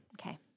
Okay